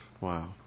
Wow